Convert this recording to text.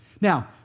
Now